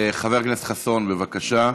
חבר הכנסת חסון, בבקשה,